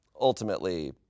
ultimately